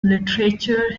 literature